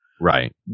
Right